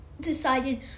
decided